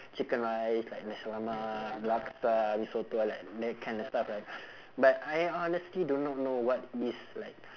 chicken rice like nasi lemak laksa mee soto like that kind of stuff right but I honestly do not know what is like